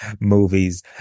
movies